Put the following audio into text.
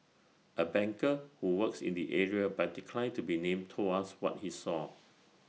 A banker who works in the area but declined to be named told us what he saw